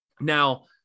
now